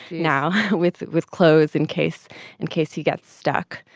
now with with clothes in case and case he gets stuck.